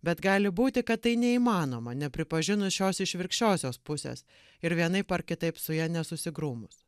bet gali būti kad tai neįmanoma nepripažinus šios išvirkščiosios pusės ir vienaip ar kitaip su ja ne susigrūmus